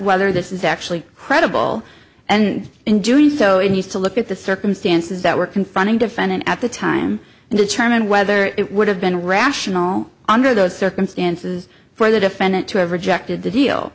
whether this is actually credible and in doing so it needs to look at the circumstances that were confronting defendant at the time and determine whether it would have been rational under those circumstances for the defendant to have rejected the deal